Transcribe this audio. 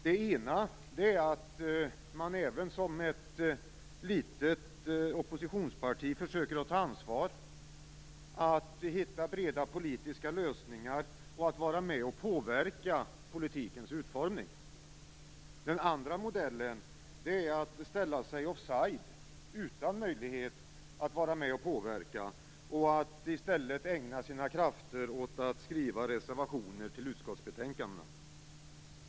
Det ena är att man även som litet oppositionsparti försöker ta ansvar, hitta breda politiska lösningar och vara med och påverka politikens utformning. Den andra modellen är att ställa sig offside utan möjlighet att vara med och påverka och i stället ägna sina krafter åt att skriva reservationer till utskottsbetänkandena.